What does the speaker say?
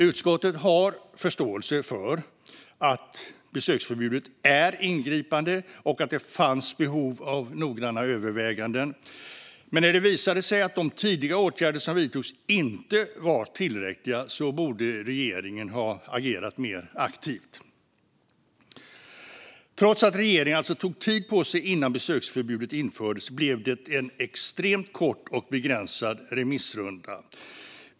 Utskottet har förståelse för att besöksförbudet är ingripande och att det fanns behov av noggranna överväganden, men när det visade sig att de tidiga åtgärder som vidtogs inte var tillräckliga borde regeringen ha agerat mer aktivt. Trots att regeringen alltså tog tid på sig innan besöksförbudet infördes blev det en extremt kort och begränsad remissrunda.